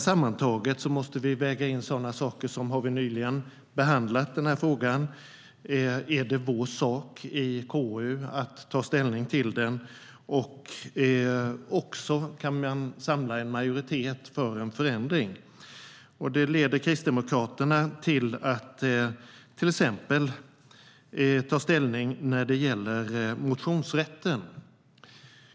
Sammantaget måste vi väga in sådana frågor som om vi nyligen har behandlat frågan, om det är KU:s sak att ta ställning till den och om man kan samla en majoritet för en förändring. Det leder Kristdemokraterna till att exempelvis ta ställning när det gäller motionsrätten.